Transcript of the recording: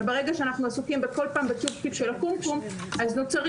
אבל ברגע שכל פעם אנחנו עסוקים בצ'ופצ'יק של הקומקום אז נוצרים